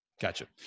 Gotcha